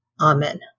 Amen